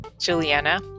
Juliana